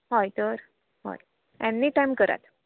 हय तर हय एनी टाय्म करात